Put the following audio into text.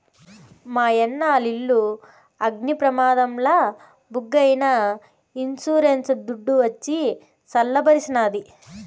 మాయన్న ఆలిల్లు అగ్ని ప్రమాదంల బుగ్గైనా ఇన్సూరెన్స్ దుడ్డు వచ్చి సల్ల బరిసినాది